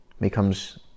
becomes